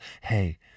hey